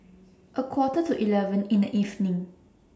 A Quarter to eleven in The evening